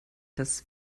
das